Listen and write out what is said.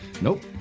Nope